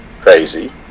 crazy